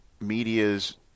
Media's